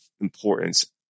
importance